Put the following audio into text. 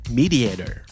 mediator